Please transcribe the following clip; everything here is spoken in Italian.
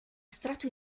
strato